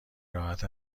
راحت